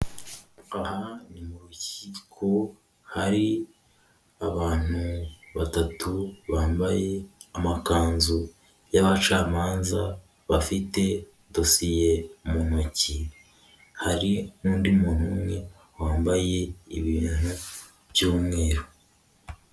Aha ni mu rukiko, hari abantu batatu bambaye amakanzu y'abacamanza, bafite dosiye mu ntoki. Hari n'undi muntu umwe, wambaye ibintu by'umweru.